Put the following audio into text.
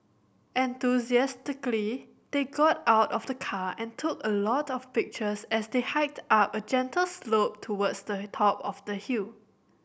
enthusiastically they got out of the car and took a lot of pictures as they hiked up a gentle slope towards the top of the hill